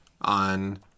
on